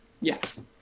Yes